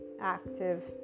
active